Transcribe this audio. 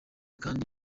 kandi